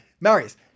Marius